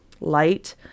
light